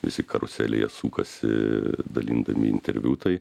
visi karuselėje sukasi dalindami interviu tai